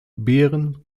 beeren